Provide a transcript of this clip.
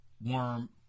worm